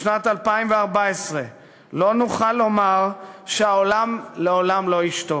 בשנת 2014 לא נוכל לומר שהעולם לעולם לא ישתוק.